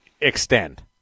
extend